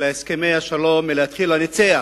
להסכמי השלום, בתחילה ניצח,